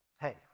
Hey